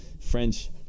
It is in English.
French